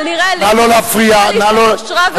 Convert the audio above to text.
את יודעת, כבר שנתיים עברו מאז.